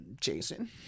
Jason